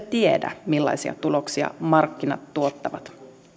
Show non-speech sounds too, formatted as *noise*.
*unintelligible* tiedä millaisia tuloksia markkinat tuottavat